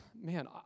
man